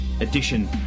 edition